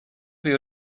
più